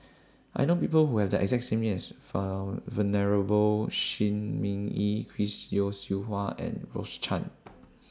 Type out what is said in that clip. I know People Who Have The exact same name as file Venerable Shi Ming Yi Chris Yeo Siew Hua and Rose Chan